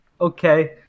Okay